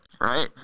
right